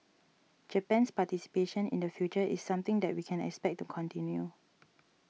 Japan's participation in the future is something that we can expect to continue